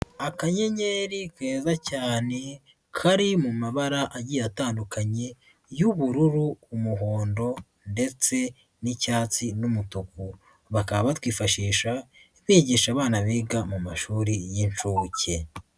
Akanyenyeri keza cyane, kari mu mabara agiye atandukanye y'ubururu, umuhondo ndetse n'icyatsi n'umutuku. Bakaba batwifashisha bigisha abana biga mu mashuri y'inshuke.